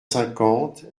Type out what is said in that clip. cinquante